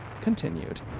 continued